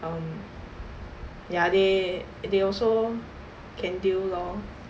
um ya they they also can deal lor